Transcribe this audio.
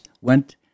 went